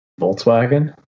Volkswagen